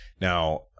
Now